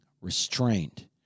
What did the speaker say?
restrained